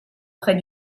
près